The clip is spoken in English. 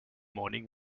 morning